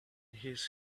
his